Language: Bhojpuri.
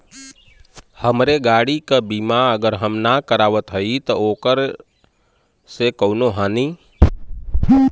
हमरे गाड़ी क बीमा अगर हम ना करावत हई त ओकर से कवनों हानि?